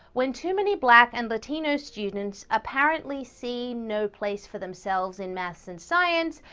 when too many black and latino students apparently see no place for themselves in math and science,